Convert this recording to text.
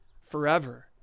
forever